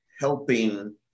helping